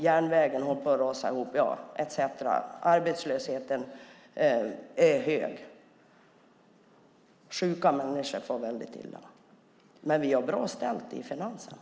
Järnvägen håller på att rasa ihop, arbetslösheten är hög och sjuka människor far väldigt illa, men vi har det bra ställt med finanserna.